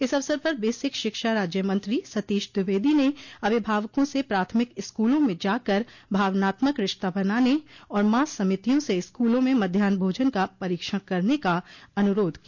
इस अवसर पर बेसिक शिक्षा राज्यमंत्री सतीश द्विवेदी ने अभिभावकों से प्राथमिक स्कूलों में जाकर भावनात्मक रिश्ता बनाने और मां समितियों से स्कूलों में मध्यान्ह भोजन का परीक्षण करने का अनुरोध किया